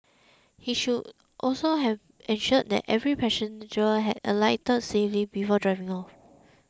he should also have ensured that every passenger had alighted safely before driving off